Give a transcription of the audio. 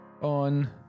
On